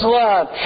love